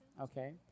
okay